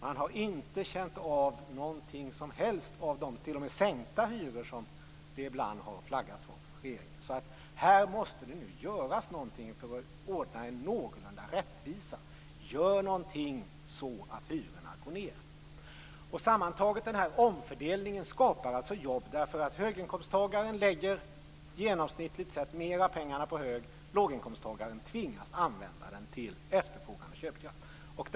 Man har inte känt någonting som helst av de t.o.m. sänkta hyror som det ibland flaggats om från regeringen. Här måste det göras någonting för att ordna en någorlunda rättvisa. Gör någonting så att hyrorna går ned! Sammantaget skapar omfördelningen jobb därför att höginkomsttagaren lägger genomsnittligt sett mera pengar på hög, låginkomsttagaren tvingas använda dem till efterfrågan och köpkraft.